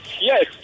Yes